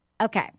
Okay